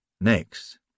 Next